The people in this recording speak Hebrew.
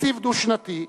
תקציב דו-שנתי,